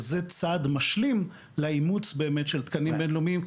זה צעד משלים לאימוץ של תקנים בינלאומיים.